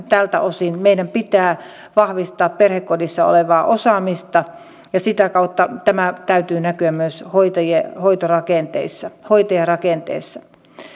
tältä osin meidän pitää vahvistaa perhekodissa olevaa osaamista ja sitä kautta tämän täytyy näkyä myös hoitajarakenteessa hoitajarakenteessa